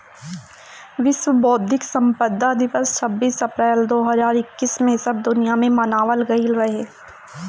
विश्व बौद्धिक संपदा दिवस छब्बीस अप्रैल दो हज़ार इक्कीस में सब दुनिया में मनावल गईल रहे